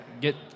get